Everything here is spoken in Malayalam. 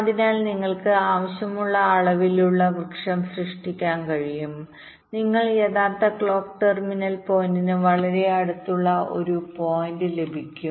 അതിനാൽ നിങ്ങൾക്ക് ആവശ്യമുള്ള അളവിലുള്ള വൃക്ഷം സൃഷ്ടിക്കാൻ കഴിയും നിങ്ങൾക്ക് യഥാർത്ഥ ക്ലോക്ക് ടെർമിനൽ പോയിന്റിന് വളരെ അടുത്തുള്ള ഒരു പോയിന്റ് ലഭിക്കും